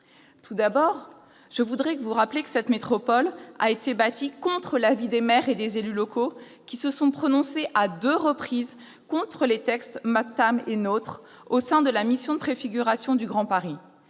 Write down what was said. du Grand Paris. Je le rappelle, cette « métropole » a été bâtie contre l'avis des maires et des élus locaux, qui se sont prononcés à deux reprises contre les textes MAPTAM et NOTRe au sein de la mission de préfiguration du Grand Paris